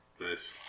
Nice